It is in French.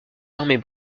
armées